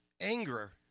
Anger